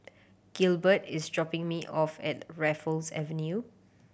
Gilbert is dropping me off at Raffles Avenue